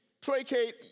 placate